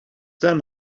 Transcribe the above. then